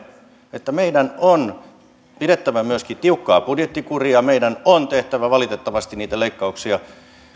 että meidän on myöskin pidettävä tiukkaa budjettikuria meidän on valitettavasti tehtävä niitä leikkauksia meillä